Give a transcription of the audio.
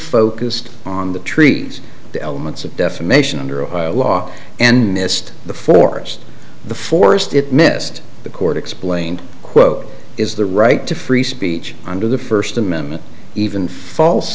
focused on the trees the elements of defamation under a law and missed the forest the forest it missed the court explained quote is the right to free speech under the first amendment even false